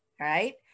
right